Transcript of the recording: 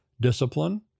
discipline